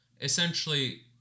essentially